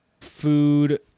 food